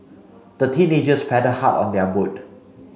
the teenagers paddled hard on their boat